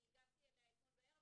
אני הגבתי עליה אתמול בערב,